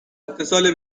اتصال